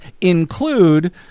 include